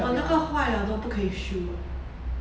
我那个坏了都不可以修啊